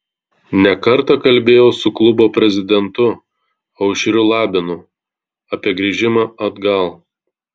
ne kartą kalbėjau su klubo prezidentu aušriu labinu apie grįžimą atgal